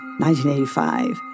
1985